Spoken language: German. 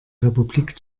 republik